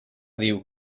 diu